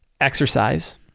exercise